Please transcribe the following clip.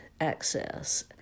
access